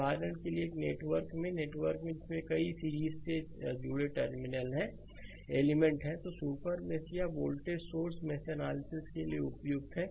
उदाहरण के लिए नेटवर्क में नेटवर्क में जिसमें कई सीरीज से जुड़े एलिमेंट हैं सुपर मेष या वोल्टेजसोर्स मेष एनालिसिस के लिए उपयुक्त हैं